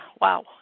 wow